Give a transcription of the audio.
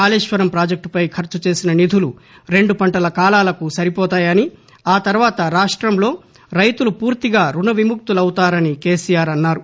కాళేశ్వరం పాజెక్టుపై ఖర్చు చేసిన నిధులు రెండు పంటల కాలాలకు సరిపోతాయని ఆ తర్వాత రాష్టంలో రైతులు ఫూర్తిగా రుణ విముక్తులౌతారని కెసిఆర్ అన్నారు